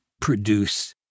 produce